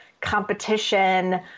competition